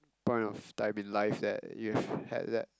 point of time in life that you've had that